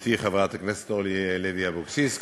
גברתי חברת הכנסת אורלי לוי אבקסיס,